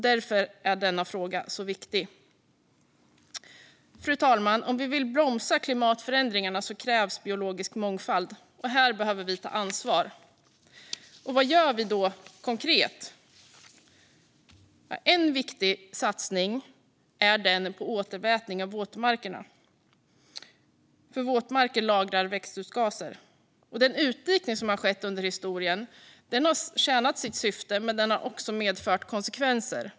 Därför är denna fråga så viktig. Fru talman! Om vi vill bromsa klimatförändringarna krävs biologisk mångfald. Här behöver vi ta ansvar. Vad gör vi då konkret? En viktig satsning är den på återvätning av våtmarkerna. Våtmarker lagrar växthusgaser. Den utdikning som har skett under historien har tjänat sitt syfte, men den har också medfört konsekvenser.